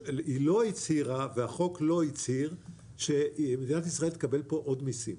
היא לא הצהירה והחוק לא הצהיר שמדינת ישראל תקבל פה עוד מיסים.